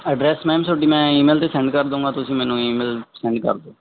address ਮੈ ਤੁਹਾਡੀ ਮੈਂ ਈਮੇਲ ਤੇ ਸੈਂਡ ਕਰ ਦਵਾਂਗਾ ਤੁਸੀਂ ਮੈਨੂੰ ਈਮੇਲ ਸੈਂਡ ਕਰ ਦੋ